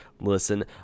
listen